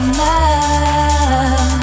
love